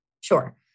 Sure